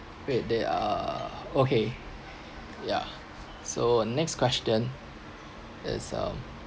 wait there are okay yeah so our next question is um